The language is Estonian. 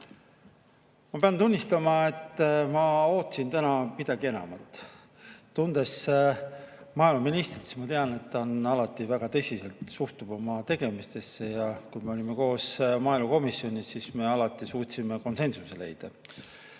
Ma pean tunnistama, et ma ootasin täna midagi enamat. Tundes maaeluministrit, ma tean, et ta alati suhtub väga tõsiselt oma tegemistesse. Kui me olime koos maaelukomisjonis, siis me alati suutsime konsensuse leida.